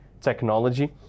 technology